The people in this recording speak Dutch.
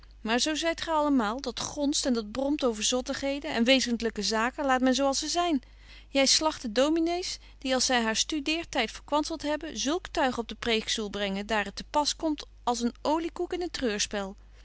maar zo zyt gy allemaal dat gonst en dat bromt over zottigheden en wezentlyke zaken laat men zo als zy zyn je slagt de dominees die als zy haar studeertyd verkwanselt hebben zulk tuig op den preekstoel brengen daar het te pas komt als een olykoek in een